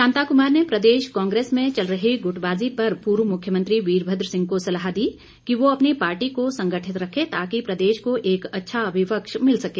शांता कुमार ने प्रदेश कांग्रेस में चल रही गुटबाजी पर पूर्व मुख्यमंत्री वीरभद्र सिंह को सलाह दी कि वह अपनी पार्टी को संगठित रखे ताकि प्रदेश को एक अच्छा विपक्ष मिल सके